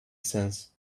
sense